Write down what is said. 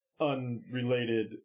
unrelated